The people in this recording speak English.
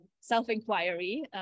self-inquiry